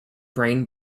brain